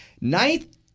Ninth